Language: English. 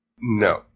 No